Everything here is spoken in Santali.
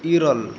ᱤᱨᱟᱹᱞ